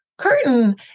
Curtain